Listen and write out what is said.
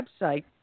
website